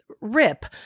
Rip